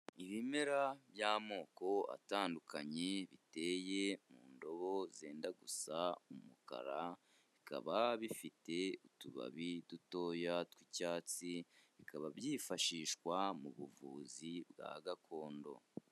Ibimera by'amoko atandukanye, biteye mu ndobo zenda gusa umukara, bikaba bifite utubabi dutoya tw'icyatsi, bikaba byifashishwa mu buvuzi bwa gakondo.